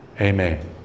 Amen